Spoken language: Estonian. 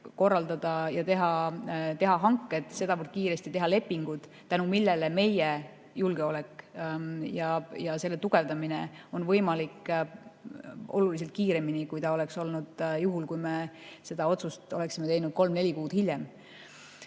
korraldada hanked, sedavõrd kiiresti teha lepingud, tänu millele meie julgeoleku tugevdamine on võimalik oluliselt kiiremini, kui oleks olnud juhul, kui me selle otsuse oleksime teinud kolm kuni neli kuud hiljem. Lisaks